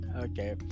Okay